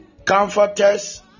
Comforters